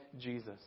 Jesus